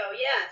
yes